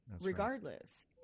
Regardless